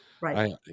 right